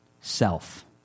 Self